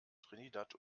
trinidad